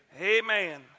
Amen